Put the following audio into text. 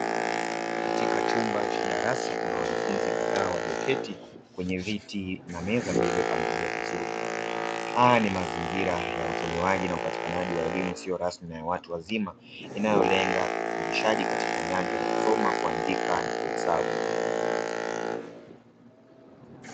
Katika chumba cha darasa kuna wanafunzi kadhaa walioketi kwenye viti na meza vilivyopangiwa vizuri, haya ni mazingira ya utolewaji na upatikanaji wa elimu isiyo rasmi ya watu wazima inayolenga ufundishaji katika nyanja za kusoma, kuandika na kuhesabu.